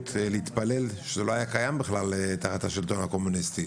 והאפשרות להתפלל זה לא היה קיים בכלל תחת השלטון הקומוניסטי.